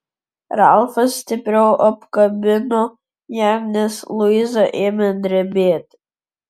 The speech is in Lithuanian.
ralfas stipriau apkabino ją nes luiza ėmė drebėti